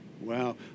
Wow